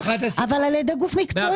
אבל על ידי גוף מקצועי.